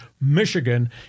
Michigan